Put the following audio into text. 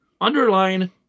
Underline